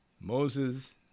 Moses